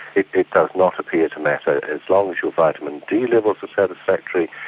it it does not appear to matter. as long as your vitamin d levels are satisfactory,